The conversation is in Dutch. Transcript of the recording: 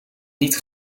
niet